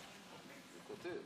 אני רוצה לפתוח בברכות לגב' חוטובלי,